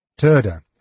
Turda